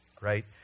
right